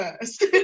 first